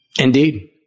Indeed